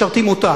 משרתים אותה?